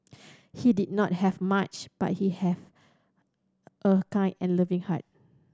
he did not have much but he have a kind and loving heart